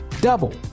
double